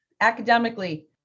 academically